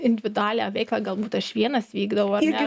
individualią veiklą galbūt aš vienas vykdau ar ne